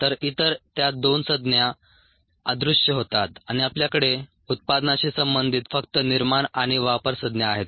तर इतर त्या दोन संज्ञा अदृश्य होतात आणि आपल्याकडे उत्पादनाशी संबंधित फक्त निर्माण आणि वापर संज्ञा आहेत